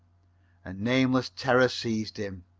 a nameless terror seized him.